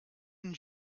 and